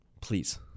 Please